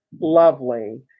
lovely